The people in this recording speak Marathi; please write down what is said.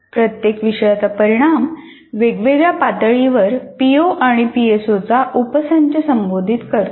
प्रत्येक विषयाचा परिणाम वेगवेगळ्या पातळीवर पीओ आणि पीएसओचा उपसंच संबोधित करतो